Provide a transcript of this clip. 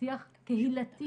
שיח קהילתי